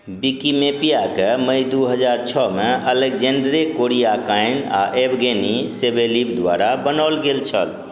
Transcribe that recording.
विकिमेपियाके मई दू हजार छओमे एलगजेंड्रे कोरिया काइन आओर एवगेनी सेवेलिप द्वारा बनाओल गेल छल